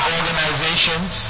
organizations